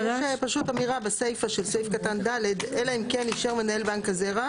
יש פשוט אמירה בסיפה של סעיף קטן (ד) "אלא אם כן אישר בנק הזרע